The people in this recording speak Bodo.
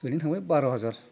ओरैनो थांबाय बार' हाजार